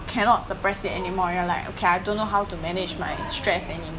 cannot suppress it anymore you're like okay I don't know how to manage my stress anymore